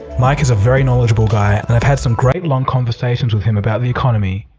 mike is a very knowledgeable guy and i've had some great long conversations with him about the economy.